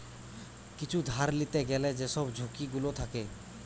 কিছু ধার লিতে গ্যালে যেসব ঝুঁকি গুলো থাকে